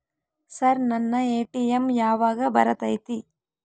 Sir ನನ್ನ ATM ಯಾವಾಗ ಬರತೈತಿ?